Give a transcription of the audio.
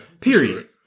period